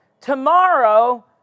Tomorrow